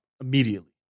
immediately